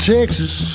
Texas